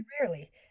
rarely